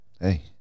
Hey